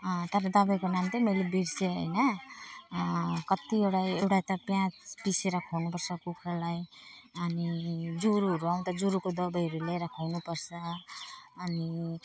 तर दबाईको नाम चाहिँ मैले बिर्सेँ होइन कतिवटा एउटा त प्याज पिसेर खुवाउनु पर्छ कुखुरालाई अनि ज्वरोहरू आउँदा ज्वरोको दबाईहरू ल्याएर खुवाउनु पर्छ अनि